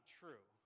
true